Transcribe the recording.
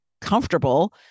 comfortable